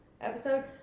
episode